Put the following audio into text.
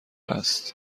است